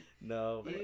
No